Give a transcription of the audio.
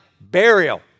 burial